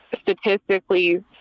statistically